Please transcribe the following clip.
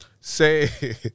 Say